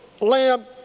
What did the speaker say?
lamb